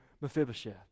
Mephibosheth